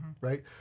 right